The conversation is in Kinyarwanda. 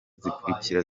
zikurikira